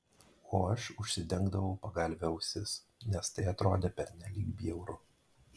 o aš užsidengdavau pagalve ausis nes tai atrodė pernelyg bjauru